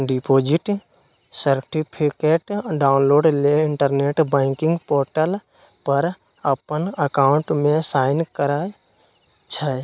deposit certificate download लेल internet banking portal पर अप्पन अकाउंट में साइन करइ छइ